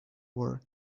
were